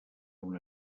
una